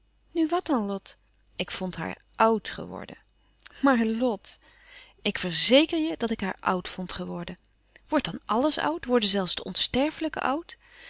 nu wat dan lot ik vond haar oud geworden maar lot ik verzeker je dat ik haar oud vond geworden wordt dan alles oud worden zelfs de onsterfelijken oud